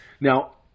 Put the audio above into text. Now